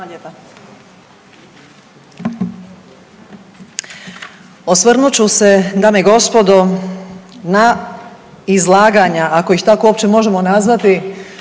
Osvrnut ću se dame i gospodo na izlaganja ako ih tako uopće možemo nazvati